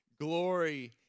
glory